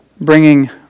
bringing